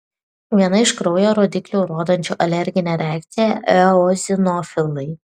viena iš kraujo rodiklių rodančių alerginę reakciją eozinofilai